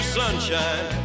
sunshine